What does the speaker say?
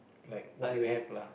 like what you have lah